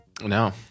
No